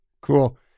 Cool